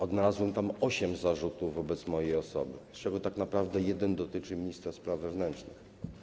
Odnalazłem tam osiem zarzutów wobec mojej osoby, z czego tak naprawdę jeden dotyczy mnie jako ministra spraw wewnętrznych.